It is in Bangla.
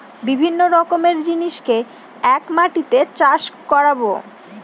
বিভিন্ন রকমের জিনিসকে এক মাটিতে চাষ করাবো